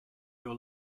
your